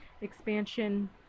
expansion